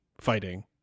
fighting